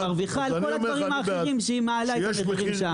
היא מרוויחה על כל הדברים האחרים שהיא מעלה את המחירים שלהם.